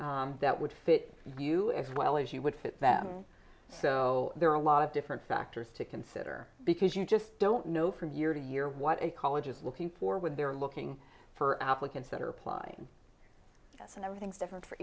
that would fit you as well as you would fit them so there are a lot of different factors to consider because you just don't know from year to year what a college is looking for when they're looking for applicants that are applying yes and everything's different for